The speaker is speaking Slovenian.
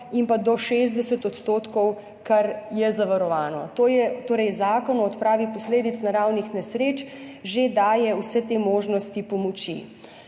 in pa do 60 %, kar je zavarovano. Torej Zakon o odpravi posledic naravnih nesreč že daje vse te možnosti pomoči.